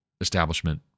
establishment